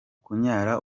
kunyara